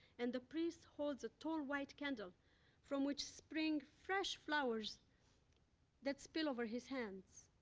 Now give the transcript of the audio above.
and the priest holds a tall white candle from which spring fresh flowers that spill over his hands.